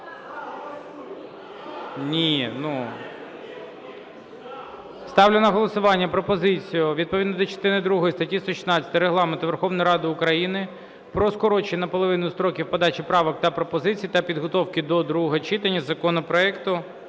Ні. Ставлю на голосування пропозицію відповідно до частини другої статті 116 Регламенту Верховної Ради України про скорочення наполовину строків подачі правок та пропозицій та підготовки до другого читання законопроекту